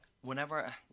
whenever –